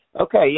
Okay